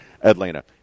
Atlanta